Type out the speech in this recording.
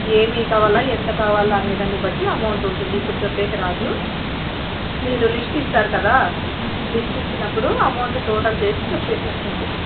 ఏమి కావాల ఎంత కావాలా అనేదాన్ని బట్టి అమౌంట్ ఉంటుంది ఇప్పుడు చెప్పేకి రాదు మీరు లిస్ట్ ఇస్తారు కదా లిస్ట్ ఇచ్చినప్పుడు అమౌంట్ టోటల్ చేసి చెప్పేకి వస్తుంది